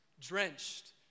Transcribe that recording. drenched